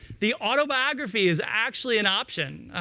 the autobiography is actually an option.